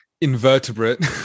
invertebrate